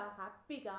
happy